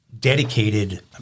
dedicated